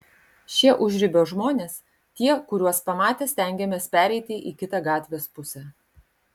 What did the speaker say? šie užribio žmonės tie kuriuos pamatę stengiamės pereiti į kitą gatvės pusę